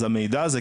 אז המידע הזה,